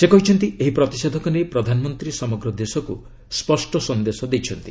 ସେ କହିଛନ୍ତି ଏହି ପ୍ରତିଷେଧକ ନେଇ ପ୍ରଧାନମନ୍ତ୍ରୀ ସମଗ୍ର ଦେଶକୁ ସ୍ୱଷ୍ଟ ସନ୍ଦେଶ ଦେଇଛନ୍ତି